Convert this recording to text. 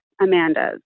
Amanda's